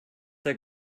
der